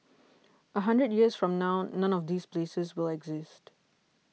a hundred years from now none of these places will exist